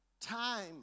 time